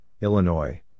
Illinois